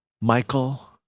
Michael